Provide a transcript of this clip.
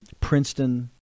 Princeton